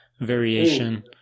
variation